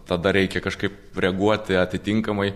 tada reikia kažkaip reaguoti atitinkamai